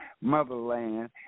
motherland